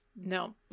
no